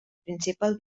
principal